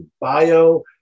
bio